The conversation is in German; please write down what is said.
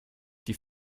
die